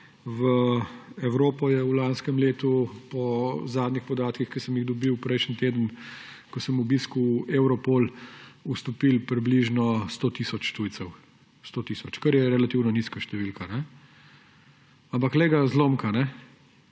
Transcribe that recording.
v Evropo je v lanskem letu po zadnjih podatkih, ki sem jih dobil prejšnji teden, ko sem obiskal Europol, vstopili približno 100 tisoč tujcev, kar je relativno nizka številka. Ampak, glej ga zlomka,